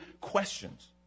questions